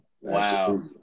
Wow